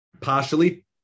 partially